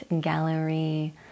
gallery